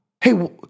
hey